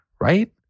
right